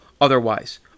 otherwise